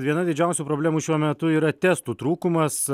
viena didžiausių problemų šiuo metu yra testų trūkumas